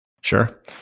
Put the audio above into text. Sure